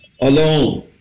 alone